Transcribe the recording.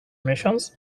miesiąc